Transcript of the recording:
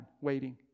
waiting